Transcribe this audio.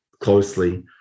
closely